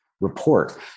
report